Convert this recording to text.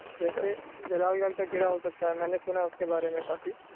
جیسے جلال گڑھ کا قلعہ ہو سکتا ہے میں نے سنا ہے اس کے بارے میں کافی